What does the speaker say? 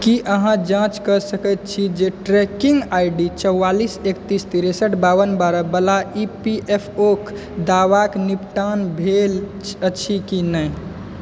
की अहाँ जांँच कऽ सकै छी जे ट्रैकिङ्ग आइ डी चौआलिस एकतीस तिरसठ बावन बारहवला इ पी एफ ओके दावाके निपटान भेल अछि कि नहि